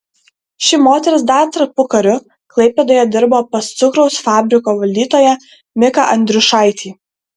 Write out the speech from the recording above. ši moteris dar tarpukariu klaipėdoje dirbo pas cukraus fabriko valdytoją miką andriušaitį